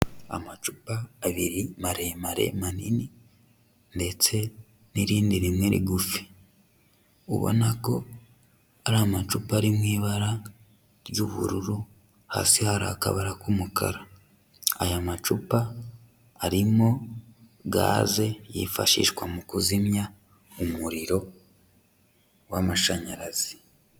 Amacupa abiri maremare, manini ndetse n'irindi ri rimwe rigufi, ubona ko ari amacupa ari mu ibara ry'ubururu hasi hari akabara k'umukara, aya macupa arimo gaze yifashishwa mu kuzimya umuriro w'amashanyarazi.